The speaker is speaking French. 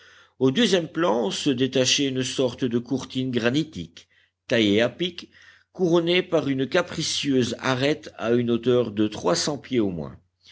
au deuxième plan se détachait une sorte de courtine granitique taillée à pic couronnée par une capricieuse arête à une hauteur de trois cents pieds au moins